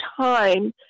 time